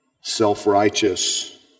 self-righteous